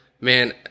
man